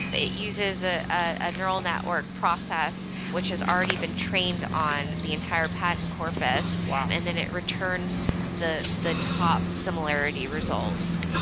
but it it uses a ah neural network process which has already been trained on the entire patent corpus um and then it returns the the top similarity results.